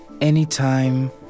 anytime